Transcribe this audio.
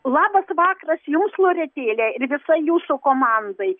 labas vakaras jums loretėlę ir visai jūsų komandai